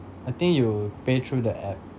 I think you pay through the app